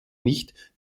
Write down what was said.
nicht